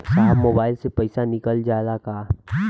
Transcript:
साहब मोबाइल से पैसा निकल जाला का?